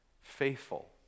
Faithful